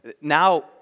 now